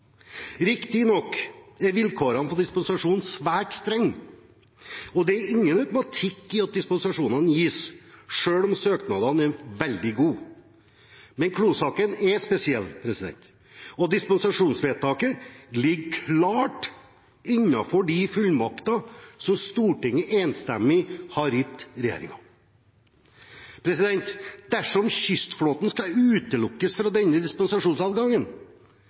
Riktignok er vilkårene for dispensasjon svært strenge, og det er ingen automatikk i at dispensasjonene gis selv om søknadene er veldig gode. Men Gunnar Klo-saken er spesiell, og dispensasjonsvedtaket ligger klart innenfor de fullmakter som Stortinget enstemmig har gitt regjeringen. Dersom kystflåten skal utelukkes fra denne dispensasjonsadgangen,